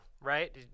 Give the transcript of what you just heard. right